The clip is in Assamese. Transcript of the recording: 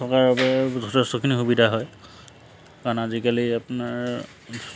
থকাৰ বাবে যথেষ্টখিনি সুবিধা হয় কাৰণ আজিকালি আপোনাৰ